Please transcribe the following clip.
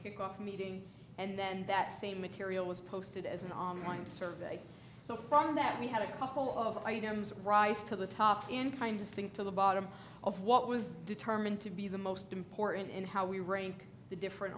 kickoff meeting and then that same material was posted as an online survey so from that we had a couple of items rise to the top in kind of thing to the bottom of what was determined to be the most important in how we rein the different